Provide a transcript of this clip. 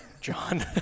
John